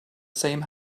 same